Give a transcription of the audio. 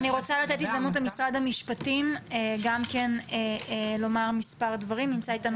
אני רוצה לתת הזדמנות למשרד המשפטים לומר מספר דברים.